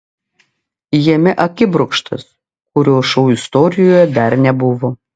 jame akibrokštas kurio šou istorijoje dar nebuvo